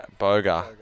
Boga